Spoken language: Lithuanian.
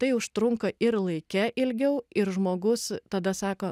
tai užtrunka ir laike ilgiau ir žmogus tada sako